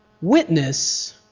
witness